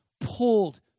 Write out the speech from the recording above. Pulled